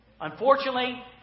Unfortunately